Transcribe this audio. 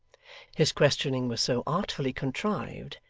his questioning was so artfully contrived,